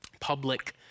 public